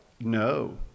No